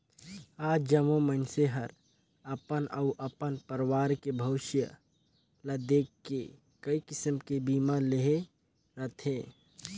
आज जम्मो मइनसे हर अपन अउ अपन परवार के भविस्य ल देख के कइ किसम के बीमा लेहे रथें